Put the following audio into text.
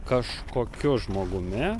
kažkokiu žmogumi